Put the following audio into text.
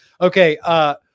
Okay